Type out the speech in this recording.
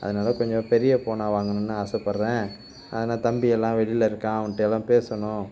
அதனால் கொஞ்சம் பெரிய போனாக வாங்கணும்னு ஆசைப்படுறேன் அதுதான் தம்பி எல்லாம் வெளியில இருக்கான் அவன்கிட்ட எல்லாம் பேசணும்